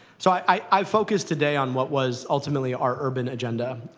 so i i focused, today, on what was ultimately our urban agenda.